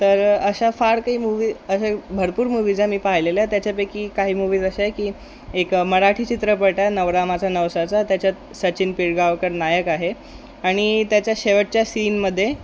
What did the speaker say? तर अशा फार काही मूवी अशा भरपूर मूव्हीज आहे मी पाहिलेल्या तर त्याच्यापैकी काही मूव्हीज अशा आहे की एक मराठी चित्रपट आहे नवरा माझा नवसाचा त्याच्यात सचिन पिळगावकर नायक आहे आणि त्याच्या शेवटच्या सीनमध्ये